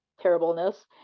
terribleness